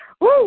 Woo